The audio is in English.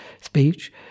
speech